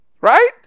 Right